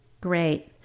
Great